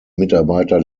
mitarbeiter